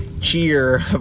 cheer